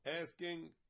asking